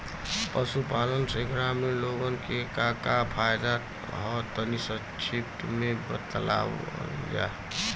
पशुपालन से ग्रामीण लोगन के का का फायदा ह तनि संक्षिप्त में बतावल जा?